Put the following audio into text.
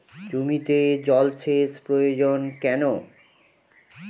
জমিতে জল সেচ প্রয়োজন কেন?